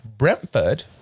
Brentford